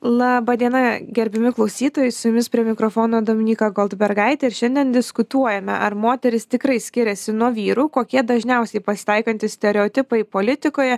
laba diena gerbiami klausytojai su jumis prie mikrofono dominyka goldbergaitė ir šiandien diskutuojame ar moterys tikrai skiriasi nuo vyrų kokie dažniausiai pasitaikantys stereotipai politikoje